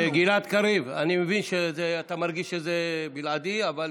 גלעד קריב, אני מבין שאתה מרגיש שזה בלעדי, אבל